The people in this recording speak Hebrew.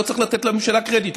לא צריך לתת לממשלה קרדיט,